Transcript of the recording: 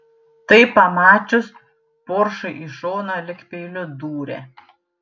tai pamačius poršai į šoną lyg peiliu dūrė